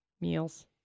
Meals